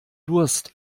durst